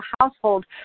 household